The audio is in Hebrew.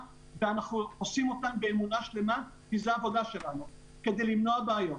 ואנחנו עושים אותן באמונה שלמה כי זו העבודה שלנו כדי למנוע בעיות.